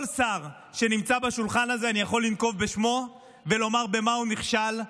כל שר שנמצא בשולחן הזה אני יכול לנקוב בשמו ולומר במה הוא נכשל.